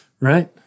Right